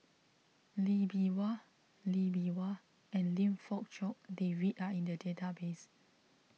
Lee Bee Wah Lee Bee Wah and Lim Fong Jock David are in the database